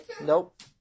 Nope